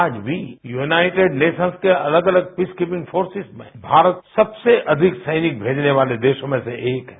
आज भी United Nations की अलग अलग पीस कीपींग फोरसेज में भारत सबसे अधिक सैनिक भेजने वाले देशों में से एक है